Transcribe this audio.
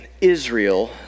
Israel